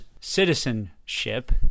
citizenship